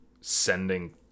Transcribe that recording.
sending